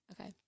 Okay